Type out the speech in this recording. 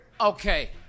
Okay